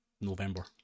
November